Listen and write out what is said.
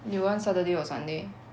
you want saturday or sunday